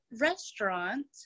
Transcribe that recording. restaurant